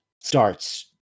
starts